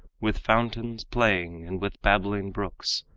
with fountains playing and with babbling brooks,